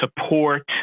support